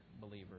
believers